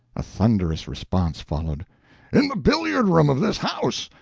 a thunderous response followed in the billiard-room of this house!